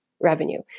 revenue